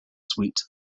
suite